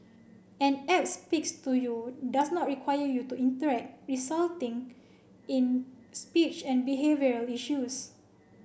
an app speaks to you does not require you to interact resulting in speech and behavioural issues